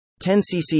10cc